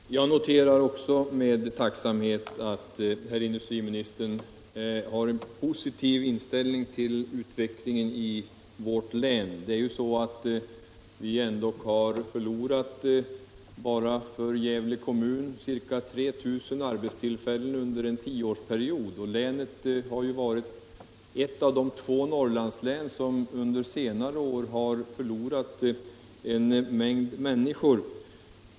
Herr talman! Jag noterar också med tacksamhet att herr industriministern har en positiv inställning till utvecklingen i vårt län. Det är ju så att vi har förlorat bara i Gävle kommun 3 000 arbetstillfällen under en tioårsperiod. Länet har också varit ett av de två Norrlandslän som under senare år förlorat en mängd människor.